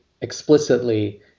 explicitly